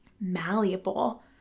malleable